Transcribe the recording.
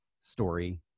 story